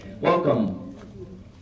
Welcome